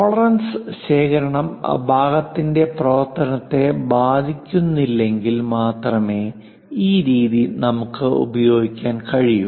tolerance ശേഖരണം ഭാഗത്തിന്റെ പ്രവർത്തനത്തെ ബാധിക്കുന്നില്ലെങ്കിൽ മാത്രമേ ഈ രീതി നമുക്ക് ഉപയോഗിക്കാൻ കഴിയൂ